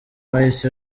bahise